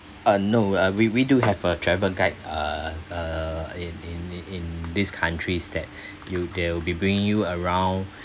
uh no uh we we do have a travel guide uh uh in in the in these countries that you they'll be bring you around